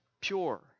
pure